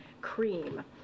cream